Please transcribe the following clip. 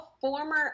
former